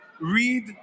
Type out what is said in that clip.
read